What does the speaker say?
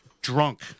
drunk